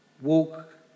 walk